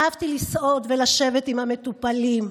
אהבתי לסעוד ולשבת עם המטופלים,